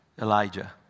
Elijah